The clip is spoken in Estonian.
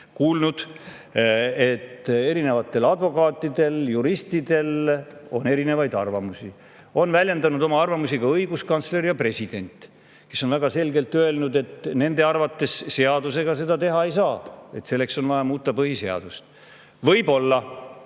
kuulnud, et erinevatel advokaatidel, juristidel, on erinevaid arvamusi. Oma arvamust on väljendanud ka õiguskantsler ja president, kes on väga selgelt öelnud, et nende arvates seadusega seda teha ei saa, et selleks on vaja muuta põhiseadust. Võib-olla.